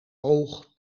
oog